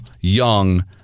young